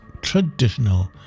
traditional